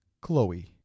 Chloe